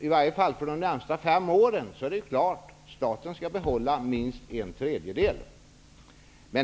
I varje fall under de närmaste fem åren skall staten behålla minst en tredjedel.